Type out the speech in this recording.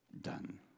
Done